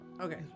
Okay